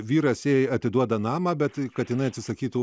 vyras jai atiduoda namą bet kad jinai atsisakytų